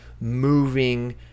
moving